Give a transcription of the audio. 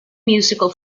musical